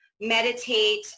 meditate